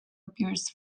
appears